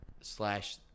slash